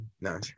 No